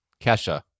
Kesha